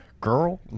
Girl